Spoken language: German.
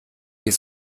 ihr